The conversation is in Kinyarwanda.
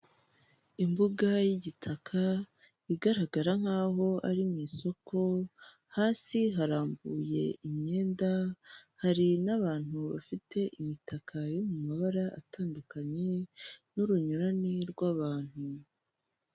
Imbuga y'igitaka igaragara nk'aho ari mu isoko hasi harambuye imyenda, hari n'abantu bafite imitaka yo mu mabara atandukanye n'urunyurane rw'abantu.